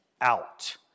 out